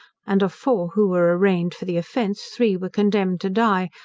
and of four who were arraigned for the offence, three were condemned to die,